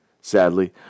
Sadly